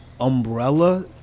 umbrella